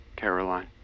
Caroline